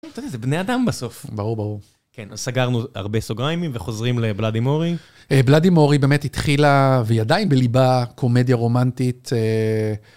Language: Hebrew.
אתה יודע, זה בני אדם בסוף. ברור, ברור. כן, סגרנו הרבה סוגריים וחוזרים לבלאדי מורי. בלאדי מורי באמת התחילה והיא עדיין בליבה קומדיה רומנטית.